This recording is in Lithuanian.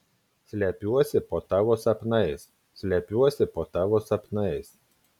slepiuosi po tavo sapnais slepiuosi po tavo sapnais